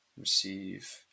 receive